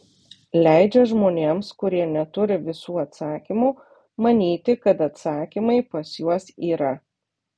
leidžia žmonėms kurie neturi visų atsakymų manyti kad atsakymai pas juos yra